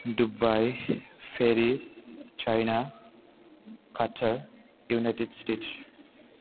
Dubai Paris China Qatar United States